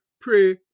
pray